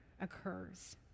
occurs